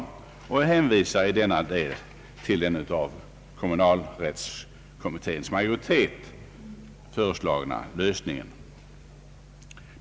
Reservanterna hänvisar också till den av kommunalrättskommitténs majoritet föreslagna lösningen.